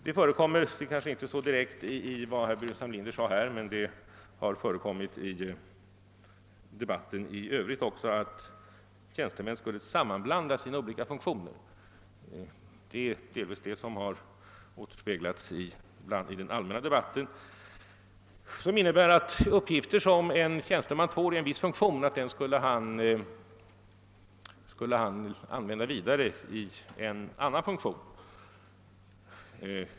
Det framgick kanske inte så direkt av vad herr Burenstam Linder sade, men det påståendet har ibland återkommit i den allmänna debatten att tjänstemännen skulle sammanblanda sina olika funktioner. Uppgifter som en tjänsteman får i en viss funktion skulle alltså komma till användning också i en annan funktion som han själv eller något annat statligt organ utövar.